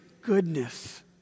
goodness